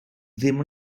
ddim